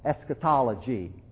Eschatology